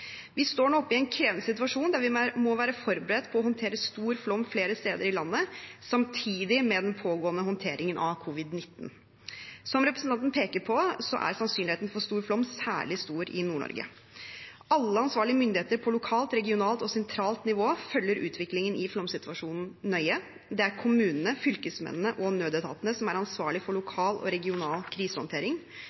Vi står nå oppe i en krevende situasjon der vi må være forberedt på håndtere stor flom flere steder i landet, samtidig som håndteringen av covid-19 pågår. Som representanten peker på, er sannsynligheten for storflom særlig stor i Nord-Norge. Alle ansvarlige myndigheter på lokalt, regionalt og sentralt nivå følger utviklingen i flomsituasjonen nøye. Kommunene, fylkesmennene og nødetatene er ansvarlige for lokal og regional krisehåndtering.